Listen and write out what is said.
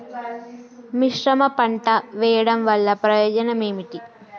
మిశ్రమ పంట వెయ్యడం వల్ల ప్రయోజనం ఏమిటి?